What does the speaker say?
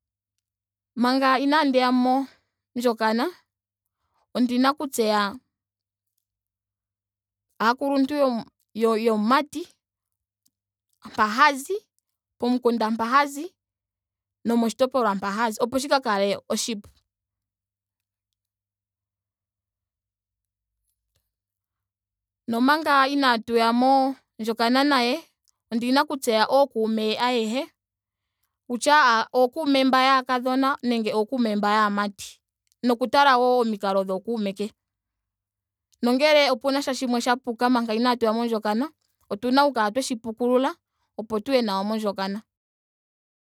Manga inaadiya mo- ndjokana ondika oku tseya aakuluntu yo- yomumati. ha mpa hazi pomukunda mpa hazi. nomoshitopolwa mua hazioo shi ka kale oshipu. Nomanga inatuya mondjakana naye ondina okutseya ookume ke ayehe. kutya ookume mba yaakadhona nenge ookume mba yaamati. Nokutala wo omikalo dhookuume ke. Nongele opena sha shimwe sha puka omanga inaatuya mondjokana otuna okushi pukulula opo tuye nawa mondjokana.